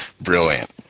Brilliant